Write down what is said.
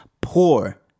poor